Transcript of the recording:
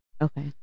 Okay